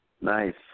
Nice